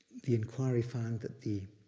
the inquiry found that the